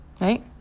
Right